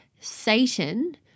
Satan